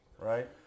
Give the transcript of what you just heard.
Right